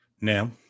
now